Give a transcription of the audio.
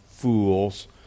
Fools